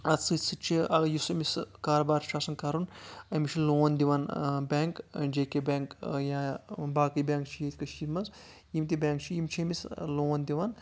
اَتھ سۭتۍ سۭتۍ چھ یُس أمِس کاروبار چھُ آسان کَرُن أمِس چھُ لون دِوان بیٚنٛک جے کے بینک یا باقٕے بیٚنک چھِ ییٚتہِ کٔشیٖر منٛز یِم تہِ بیٚنٛک چھِ یِم چھِ أمِس لون دِوان